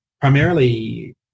primarily